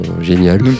génial